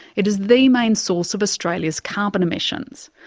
it is the main source of australia's carbon emissions.